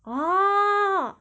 orh